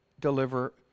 deliver